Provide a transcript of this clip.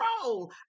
control